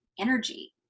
energy